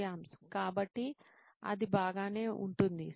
శ్యామ్ కాబట్టి అది బాగానే ఉంటుంది